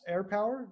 AirPower